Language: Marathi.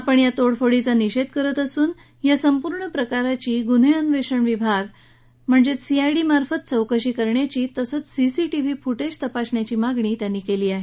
आपण या तोडफोडीचा निषेध करत असून या संपूर्ण प्रकरणाची गुन्हे अन्वेषण विभाग सीआयडीमार्फत चौकशी करण्याची तसंच सीसीटीव्ही फुटेज तपासण्याची मागणी त्यांनी केली आहे